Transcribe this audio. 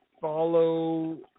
follow